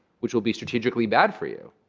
which will be strategically bad for you.